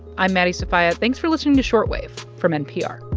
i'm maddie sofia. thanks for listening to short wave from npr